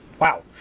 wow